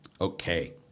Okay